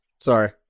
Sorry